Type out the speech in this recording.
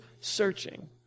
searching